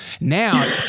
now